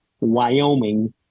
Wyoming